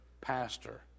pastor